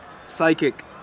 psychic